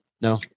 No